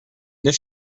this